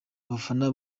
abafana